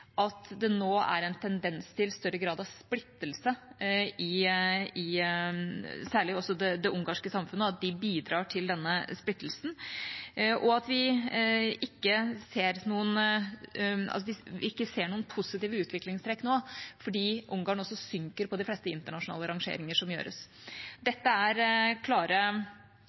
at det nå er en tendens til større grad av splittelse i særlig det ungarske samfunnet, at de bidrar til den splittelsen, og at vi ikke ser noen positive utviklingstrekk nå, fordi Ungarn også synker på de fleste internasjonale rangeringer som gjøres. Dette er klare